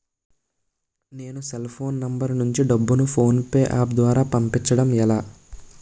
నేను cell phone number నుంచి డబ్బును ను ఫోన్పే అప్ ద్వారా పంపించడం ఎలా?